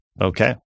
Okay